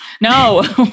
No